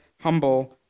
humble